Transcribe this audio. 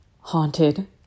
haunted